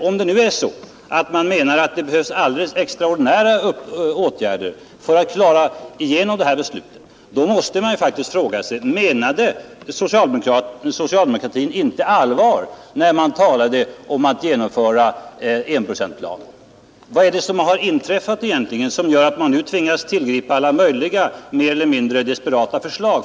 Om man menar att det behövs extraordinära åtgärder för att klara igenom det här beslutet, så uppstår faktiskt frågan: Menade socialdemokratin inte allvar, när man talade om att genomföra enprocentsplanen? Vad är det som har inträffat egentligen, som gör att man nu tvingas tillgripa alla möjliga mer eller mindre desperata förslag?